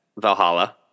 Valhalla